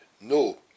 no